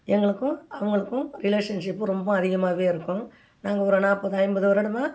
எங்களுக்கும் அவங்களுக்கும் ரிலேஷன்ஷிப்பு ரொம்ப அதிகமாகவே இருக்கும் நாங்கள் ஒரு நாற்பது ஐம்பது வருடமாக